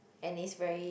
and is very